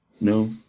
No